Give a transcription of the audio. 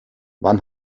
wann